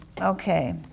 Okay